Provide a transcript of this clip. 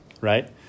right